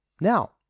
Now